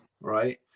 right